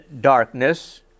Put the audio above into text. darkness